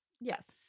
yes